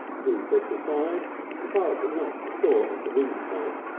deep at the side but and not to saw at the windpipe,